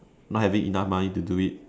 not having enough money to do it